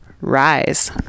Rise